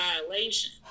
violation